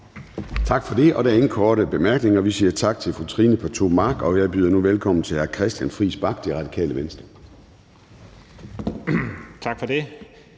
Tak for det. Der er ingen korte bemærkninger. Vi siger tak til fru Trine Pertou Mach, og jeg byder nu velkommen til hr. Christian Friis Bach, Radikale Venstre. Kl.